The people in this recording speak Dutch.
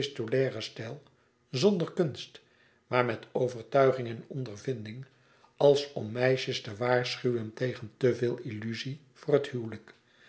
stijl zonder kunst maar met overtuiging en ondervinding als om meisjes te waarschuwen tegen te veel illuzie voor het huwelijk